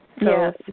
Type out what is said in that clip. Yes